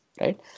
right